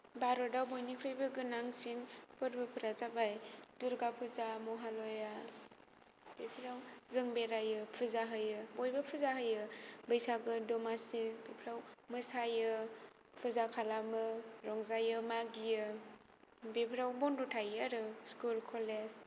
भारताव बयनिख्रुइबो गोनांसिन फोरबोफोरा जाबाय दुर्गा फुजा महालया बेफोराव जों बेरायो फुजा होयो बयबो फुजा होयो बैसागो दमासि बेफोराव मोसायो फुजा खालामो रंजायो मागियो बेफोराव बन्द' थायो आरो स्कुल कलेज